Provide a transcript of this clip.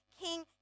king